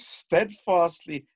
steadfastly